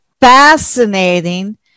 fascinating